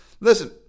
listen